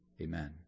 amen